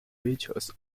rituals